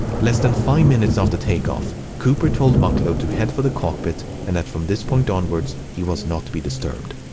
less than five minutes after takeoff, cooper told mucklow to head for the cockpit and that, from this point onwards, he was not to be disturbed.